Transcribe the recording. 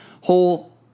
whole